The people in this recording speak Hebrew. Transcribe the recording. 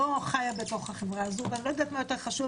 אני לא חיה בתוך החברה הזו ואני לא יודעת מה יותר חשוב,